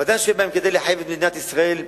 ודאי שיש בכך כדי לחייב את מדינת ישראל,